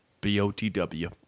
B-O-T-W